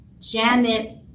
janet